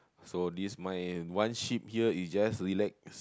so this my one sheep here is just relax~